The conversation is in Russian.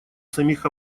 самих